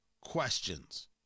questions